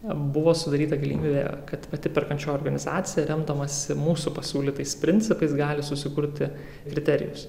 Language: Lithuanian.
buvo sudaryta galimybė kad pati perkančioji organizacija remdamasi mūsų pasiūlytais principais gali susikurti kriterijus